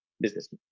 business